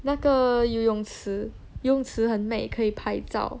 那个游泳池泳池很美可以拍照